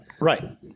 Right